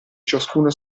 ciascuno